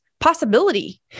Possibility